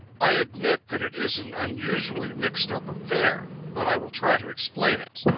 i admit that it is an unusually mixed up affair but i will try to explain it.